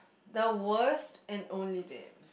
the worst and only dam